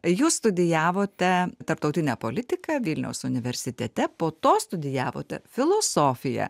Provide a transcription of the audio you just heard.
jūs studijavote tarptautinę politiką vilniaus universitete po to studijavote filosofiją